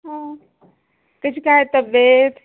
कशी काय आहे तब्येत